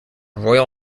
royal